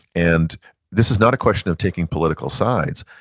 and this is not a question of taking political sides.